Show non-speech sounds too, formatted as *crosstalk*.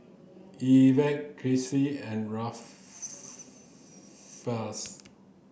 Evertt Kizzy and *unintelligible*